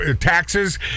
taxes